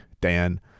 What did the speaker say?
Dan